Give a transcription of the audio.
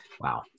Wow